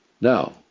Now